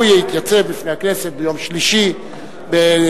הוא יתייצב בפני הכנסת ביום שלישי בדיון